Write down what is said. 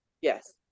Yes